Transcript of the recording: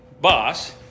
boss